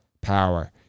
power